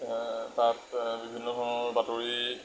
তাত বিভিন্ন ধৰণৰ বাতৰি